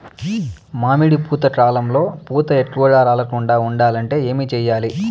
మామిడి పూత కాలంలో పూత ఎక్కువగా రాలకుండా ఉండాలంటే ఏమి చెయ్యాలి?